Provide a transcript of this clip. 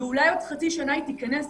ואולי בעוד חצי שנה היא תיכנס,